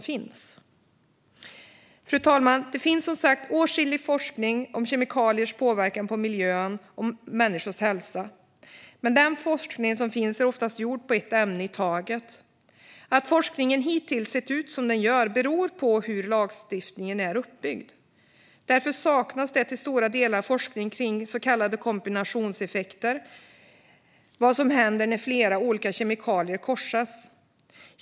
Fru talman! Det finns som sagt åtskillig forskning om kemikaliers påverkan på miljön och människors hälsa. Men den forskning som finns är oftast gjord på ett ämne i taget. Att forskningen hittills sett ut som den gör beror på hur lagstiftningen är uppbyggd. Därför saknas det till stora delar forskning kring så kallade kombinationseffekter - vad som händer när flera olika kemikalier korsas.